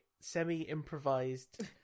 semi-improvised